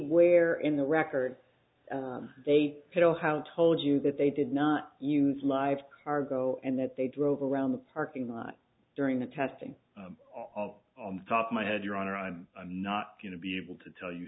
where in the record they had all how told you that they did not use live cargo and that they drove around the parking lot during the testing of the top of my head your honor i'm not going to be able to tell you